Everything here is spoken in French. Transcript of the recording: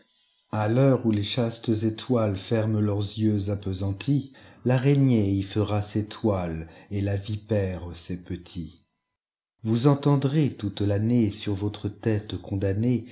a l'heure où les chastes étoilesferment leurs yeux appesantis l'araignée y fera ses toiles et la vipère ses petits vous entendrez toute l'annéesur votre tête condamnéeles